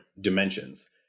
dimensions